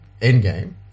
Endgame